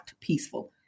peaceful